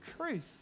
truth